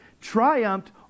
triumphed